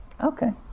Okay